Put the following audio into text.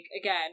again